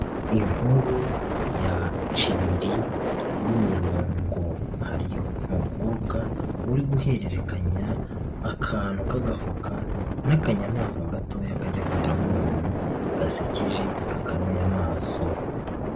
Inkuru ya Cibiri n'imirongo. Hari umukobwa uri guhererekanya akantu k'agafuka n'akanyamaswa gatoya kajya kumera nk'umuntu, gasekeje, gakanuye amaso.